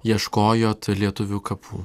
ieškojot lietuvių kapų